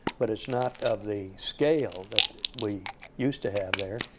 but it's not of the scale that we used to have there.